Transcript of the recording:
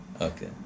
Okay